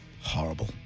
Horrible